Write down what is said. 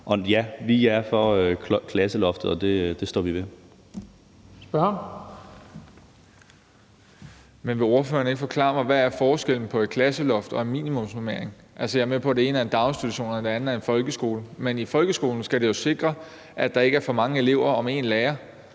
Spørgeren. Kl. 15:11 Jacob Mark (SF): Men vil ordføreren ikke forklare mig, hvad forskellen er på et klasseloft og en minimumsnormering? Altså, jeg er med på, at det ene er i en daginstitution, og det andet er i en folkeskole, men i folkeskolen skal det jo sikre, at der ikke er for mange elever om én lærer,